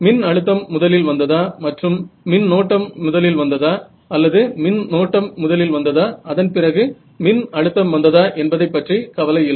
மின் அழுத்தம் முதலில் வந்ததா மற்றும் மின்னோட்டம் முதலில் வந்ததா அல்லது மின்னோட்டம் முதலில் வந்ததா அதன் பிறகு மின் அழுத்தம் வந்ததா என்பதைப்பற்றி கவலை இல்லை